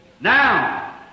Now